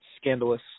scandalous